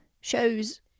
shows